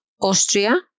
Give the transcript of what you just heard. Austria